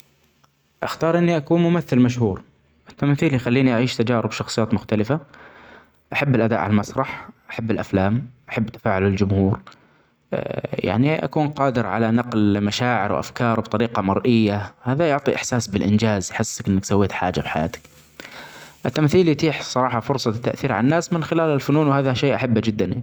أختار إني أكون ممثل مشهور التمثيل يخليني أعيش تجارب شخصيات مختلفه ،أحب الأداء علي المسرح أحب الأفلام أحب تفاعل الجمهور ، يعني أكون قادر علي نقل مشاعر وأفكار بطريقة مرئية ، هذا يعطي إحساس بالإنجاز يحسك أنك سويت حاجة بحياتك ، التمثيل يتيح الصراحة فرصة التأثير علي الناس من خلال الفنون وهذا شئ أحبه جدا.